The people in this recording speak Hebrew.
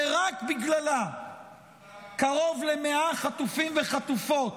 שרק בגללה קרוב ל-100 חטופים וחטופות,